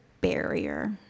barrier